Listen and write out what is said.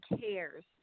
cares